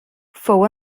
fou